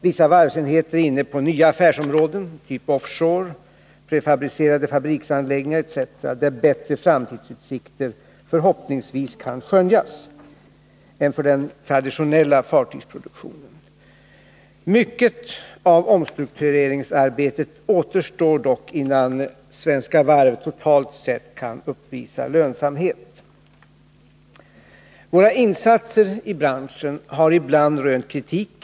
Vissa varvsenheter är inne på nya affärsområden, typ offshore, prefabricerade fabriksanläggningar etc., där förhoppningsvis bättre framtidsutsikter kan skönjas än för den traditionella fartygsproduktionen. Mycket av omstruktureringsarbetet återstår dock innan Svenska Varv totalt sett kan uppvisa lönsamhet. Våra insatser i branschen har ibland rönt kritik.